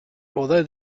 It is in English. although